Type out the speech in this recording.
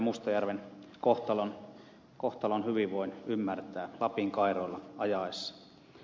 mustajärven kohtalon hyvin voin ymmärtää lapin kairoilla ajaessa